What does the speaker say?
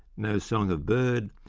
no song of bird,